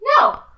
No